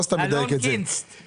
לא, של החשב הכללי במשרד האוצר.